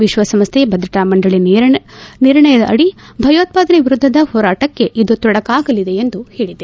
ವಿಶ್ವಸಂಸ್ವೆ ಭದ್ರತಾ ಮಂಡಳ ನಿರ್ಣಯದಡಿಯ ಭಯೋತ್ವಾದನೆ ವಿರುದ್ದದ ಹೋರಾಟಕ್ಕೆ ಇದು ತೊಡಕಾಗಲಿದೆ ಎಂದು ಹೇಳಿದೆ